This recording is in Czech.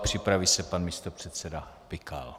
Připraví se pan místopředseda Pikal.